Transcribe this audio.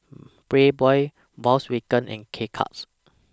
Playboy Volkswagen and K Cuts